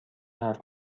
حرف